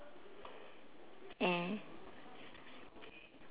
mm